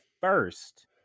first